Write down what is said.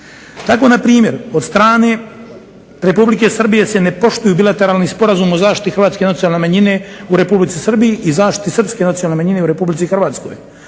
Tako na primjer od strane Republike Srbije se ne poštuju Bilateralni sporazum o zaštiti hrvatske nacionalne manjine u Republici Srbiji i zaštiti srpske nacionalne manjine u RH.